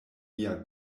mia